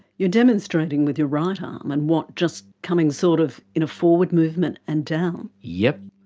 you're demonstrating with your right arm and what, just coming sort of in a forward movement and down? yep.